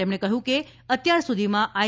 તેમણે કહ્યું કે અત્યાર સુધીમાં આઇ